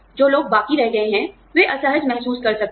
जो लोग बाकी रह गए हैं वे असहज महसूस कर सकते हैं